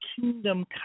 kingdom